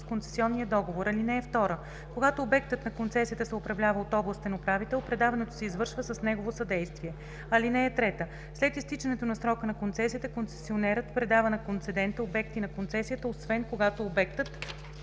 концесионния договор. (2) Когато обектът на концесията се управлява от областен управител, предаването се извършва с негово съдействие. (3) След изтичането на срока на концесията концесионерът предава на концедента обекта на концесията, освен когато обектът